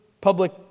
public